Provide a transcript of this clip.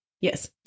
Yes